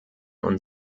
und